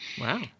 wow